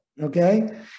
Okay